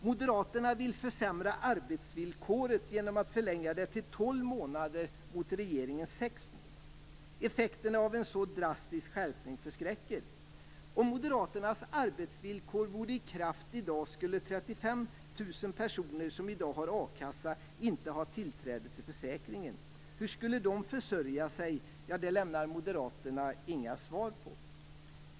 Moderaterna vill försämra arbetsvillkoret genom att förlänga det till tolv månader mot regeringens sex månader. Effekterna av en så drastisk skärpning förskräcker. Om moderaternas arbetsvillkor vore i kraft i dag skulle 35 000 personer som i dag har a-kassa inte ha tillträde till försäkringen. Hur skulle de försörja sig? Det lämnar moderaterna inga svar på.